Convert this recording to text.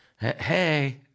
Hey